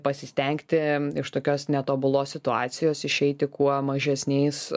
pasistengti iš tokios netobulos situacijos išeiti kuo mažesniais